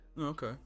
Okay